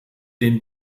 den